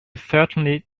certainly